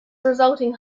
resulting